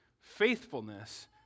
faithfulness